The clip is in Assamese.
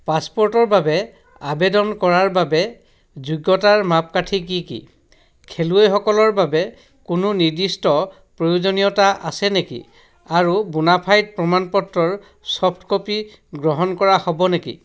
পাছপোৰ্টৰ বাবে আবেদন কৰাৰ বাবে যোগ্যতাৰ মাপকাঠি কি কি খেলুৱৈসকলৰ বাবে কোনো নিৰ্দিষ্ট প্ৰয়োজনীয়তা আছে নেকি আৰু বোনাফাইড প্ৰমাণপত্ৰৰ চফ্ট ক'পি গ্ৰহণ কৰা হ'ব নেকি